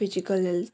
physical health